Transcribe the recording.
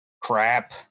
Crap